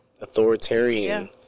Authoritarian